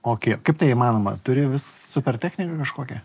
okei kaip tai įmanoma turi vis super techniką kažkokią